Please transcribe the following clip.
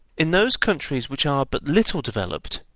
in those countries which are but little developed,